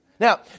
Now